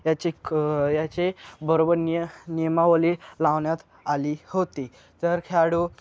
याची क याची बरोबर निय नियमावली लावण्यात आली होती तर खेळाडू